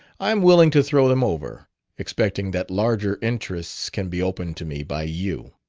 i am willing to throw them over expecting that larger interests can be opened to me by you.